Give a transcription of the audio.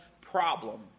problem